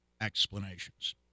explanations